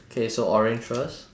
okay so orange first